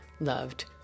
loved